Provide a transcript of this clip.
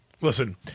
Listen